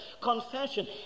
confession